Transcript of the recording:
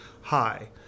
Hi